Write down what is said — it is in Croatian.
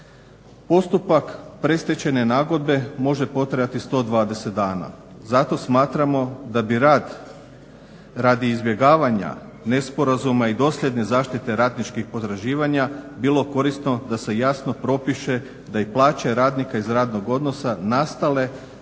Postupak predstečajne nagodbe može potrajati 120 dana. Zato smatramo da bi rad radi izbjegavanja nesporazuma i dosljedne zaštite radničkih potraživanja bilo korisno da se jasno propiše da i plaće radnika iz radnog odnosa nastale